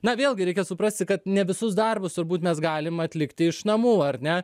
na vėlgi reikia suprasti kad ne visus darbus turbūt mes galim atlikti iš namų ar ne